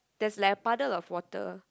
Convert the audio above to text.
there's like a puddle of water